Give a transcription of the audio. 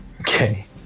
Okay